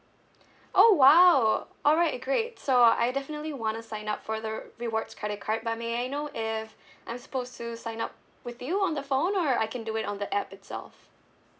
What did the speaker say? oh !wow! alright great so I definitely want to sign up for the rewards credit card but may I know if I'm supposed to sign up with you on the phone or I can do it on the app itself